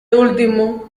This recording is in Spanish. último